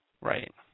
Right